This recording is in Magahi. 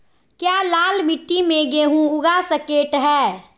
क्या लाल मिट्टी में गेंहु उगा स्केट है?